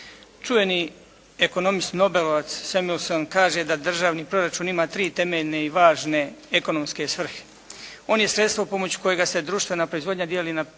Čuveni ekonomist nobelovac Samuelson kaže da državni proračun ima tri temeljne i važne ekonomske svrhe. On je sredstvo pomoću kojega se društvena proizvodnja dijeli na privatnu